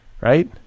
right